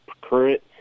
current